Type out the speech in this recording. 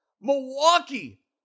Milwaukee